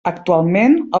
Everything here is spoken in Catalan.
actualment